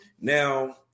now